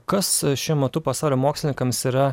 kas šiuo metu pasaulio mokslininkams yra